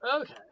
Okay